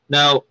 Now